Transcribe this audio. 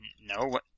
No